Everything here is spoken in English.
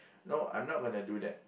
no I'm not gonna do that